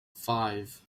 five